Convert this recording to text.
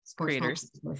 creators